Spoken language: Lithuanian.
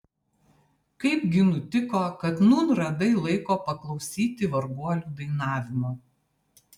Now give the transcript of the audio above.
kaipgi nutiko kad nūn radai laiko paklausyti varguolių dainavimo